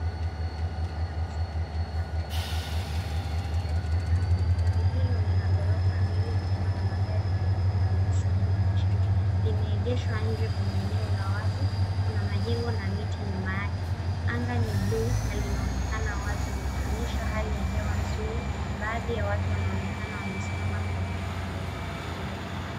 Lori kubwa la kusafirisha magari likiwa limebeba magari kadhaa. Lori hilo lina ghorofa mbili likiwa na magari meupe na meusi juu na chini. Limeegeshwa nje kwenye eneo la wazi. Kuna majengo na miti nyuma yake. Anga ni blue , na linaonekana wazi, likionyesha hali ya hewa nzuri. Baadhi ya watu wanaonekana wamesimama karibu na lori hilo.